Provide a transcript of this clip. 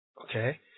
okay